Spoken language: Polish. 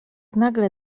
nagle